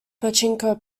pachinko